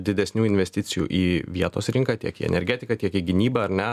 didesnių investicijų į vietos rinką tiek į energetiką tiek į gynybą ar ne